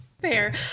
Fair